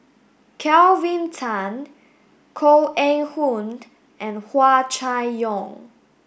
Kelvin Tan Koh Eng Hoon and Hua Chai Yong